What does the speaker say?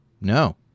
No